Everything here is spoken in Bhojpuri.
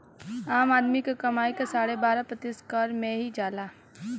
आम आदमी क कमाई क साढ़े बारह प्रतिशत कर में ही जाला